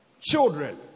Children